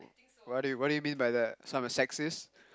what do what do you mean by that so I'm a sexist